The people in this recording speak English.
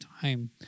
time